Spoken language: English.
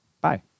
bye